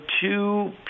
two